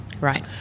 right